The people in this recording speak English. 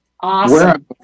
awesome